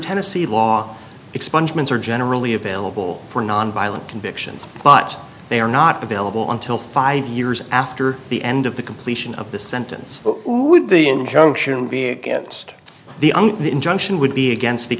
tennessee law expungement are generally available for nonviolent convictions but they are not available until five years after the end of the completion of the sentence with the injunction being the injunction would be against